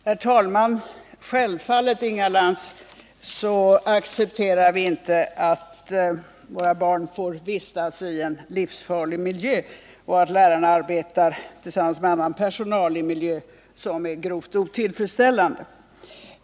Herr talman! Självfallet, Inga Lantz, accepterar vi inte att våra barn får vistas i en livsfarlig miljö och att lärare tillsammans med annan personal arbetar i miljöer som är grovt otillfredsställande.